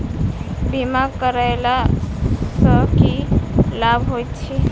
बीमा करैला सअ की लाभ होइत छी?